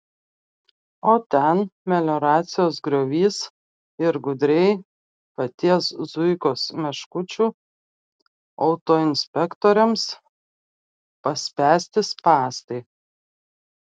o ten melioracijos griovys ir gudriai paties zuikos meškučių autoinspektoriams paspęsti spąstai